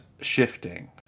shifting